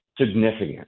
significant